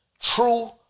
true